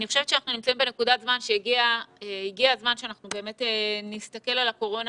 אני חושבת שאנחנו נמצאים בנקודת זמן שבה עלינו להסתכל על הקורונה